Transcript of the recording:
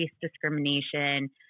discrimination